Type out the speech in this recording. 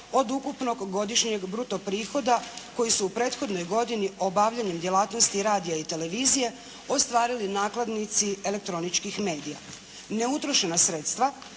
od ukupnog godišnjeg bruto prihoda koji su u prethodnoj godini obavljanjem djelatnosti radija i televizije ostvarili nakladnici elektroničkih medija. Neutrošena sredstva